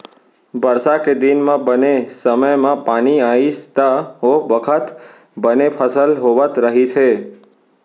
बरसा के दिन म बने समे म पानी आइस त ओ बखत बने फसल होवत रहिस हे